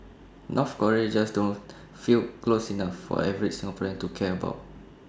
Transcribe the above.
North Korea just doesn't feel close enough for the average Singaporean to care about